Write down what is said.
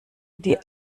die